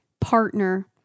partner